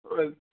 ا